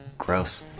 gross